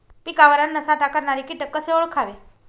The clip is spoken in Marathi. पिकावर अन्नसाठा करणारे किटक कसे ओळखावे?